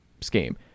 scheme